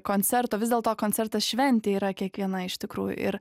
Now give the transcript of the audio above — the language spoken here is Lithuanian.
koncerto vis dėlto koncertas šventė yra kiekviena iš tikrųjų ir